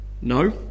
No